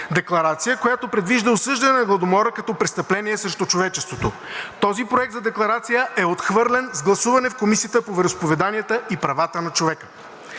Декларация, която предвижда осъждане на Гладомора, като престъпление срещу човечеството. Този проект за декларация е отхвърлен с гласуване в Комисията по вероизповеданията и правата на човека.